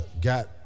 got